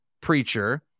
preacher